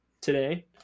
today